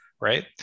right